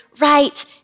right